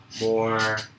more